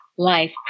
Life